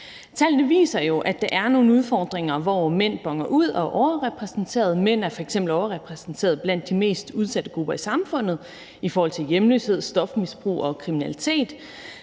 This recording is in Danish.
Tallene viser jo, at der er nogle udfordringer, hvor mænd boner ud og er overrepræsenteret. Mænd er f.eks. overrepræsenteret blandt de mest udsatte grupper i samfundet, i forhold til hjemløshed, stofmisbrug og kriminalitet.